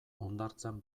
hondartzan